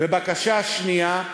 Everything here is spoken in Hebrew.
ובקשה שנייה,